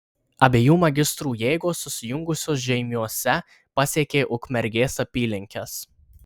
abiejų magistrų jėgos susijungusios žeimiuose pasiekė ukmergės apylinkes